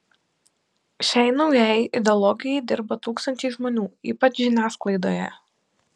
šiai naujajai ideologijai dirba tūkstančiai žmonių ypač žiniasklaidoje